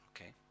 Okay